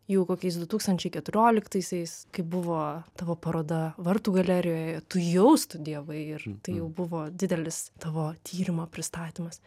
jau kokiais du tūkstančiai keturioliktaisiais kai buvo tavo paroda vartų galerijoje tu jau studijavai ir tai jau buvo didelis tavo tyrimo pristatymas